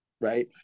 right